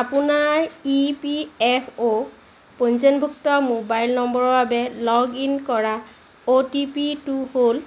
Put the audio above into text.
আপোনাৰ ইপিএফঅ' পঞ্জীয়নভুক্ত মোবাইল নম্বৰৰ বাবে লগ ইন কৰা অ'টিপিটো হ'ল